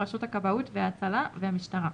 רשות הכבאות וההצלה והמשטרה.